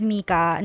Mika